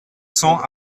cents